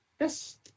yes